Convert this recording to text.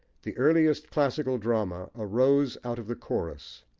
the earliest classic drama arose out of the chorus,